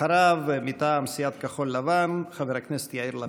אחריו, מטעם סיעת כחול לבן, חבר הכנסת יאיר לפיד.